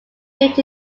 built